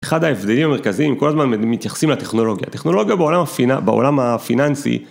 אחד ההבדלים המרכזיים כל הזמן מתייחסים לטכנולוגיה, טכנולוגיה בעולם הפיננסי.